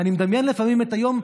ואני מדמיין לפעמים את היום,